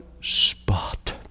spot